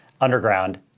Underground